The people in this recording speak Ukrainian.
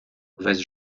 весь